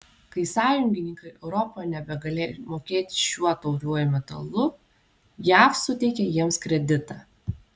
kai sąjungininkai europoje nebegalėjo mokėti šiuo tauriuoju metalu jav suteikė jiems kreditą